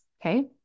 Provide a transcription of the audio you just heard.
Okay